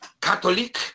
Catholic